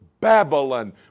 Babylon